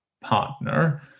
partner